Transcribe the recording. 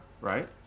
right